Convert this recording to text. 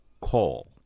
Call